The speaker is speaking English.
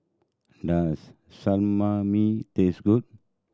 does Samami taste good